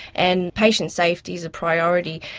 and patient safety is a priority,